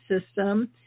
system